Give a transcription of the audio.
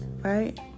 right